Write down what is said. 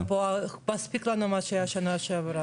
לא, אין חלילה פה, מספיק לנו מה שהיה שנה שעברה.